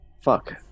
fuck